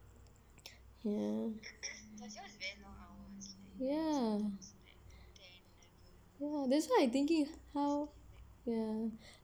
ya ya that's why I'm thinking how ya